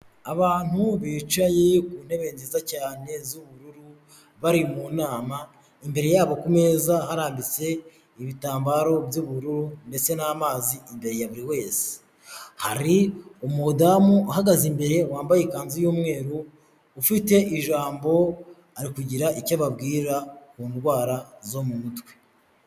Abantu bicaye ku ntebe nziza cyane z'ubururu bari mu nama, imbere yabo ku meza harambitse ibitambaro by'ubururu ndetse n'amazi imbere ya buri wese, hari umudamu uhagaze imbere wambaye ikanzu y'umweru ufite ijambo ari kugira icyo ababwira ku ndwara zo mu mutwe.